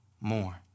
more